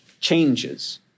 changes